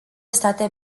state